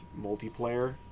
multiplayer